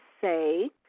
say